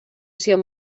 zion